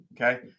okay